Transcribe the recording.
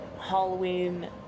Halloween